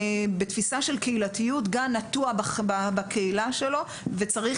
בתפיסה של קהילתיות גן נטוע בקהילה שלו וצריך